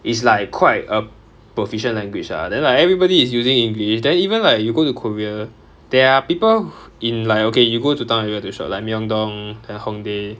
is like quite a proficient language ah then like everybody is using english then even like you go to korea there are people wh~ in like okay you go to town area to shop like myeong-dong hongdae